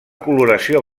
coloració